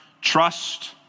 trust